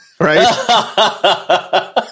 Right